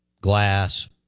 Glass